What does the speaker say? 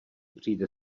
přijde